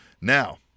Now